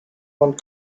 one